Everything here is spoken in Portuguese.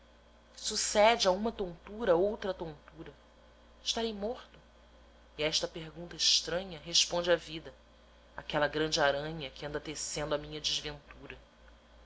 sucede a uma tontura outra tontura estarei morto e a esta pergunta estranha responde a vida aquela grande aranha que anda tecendo a minha desventura